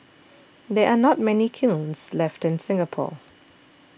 there are not many kilns left in Singapore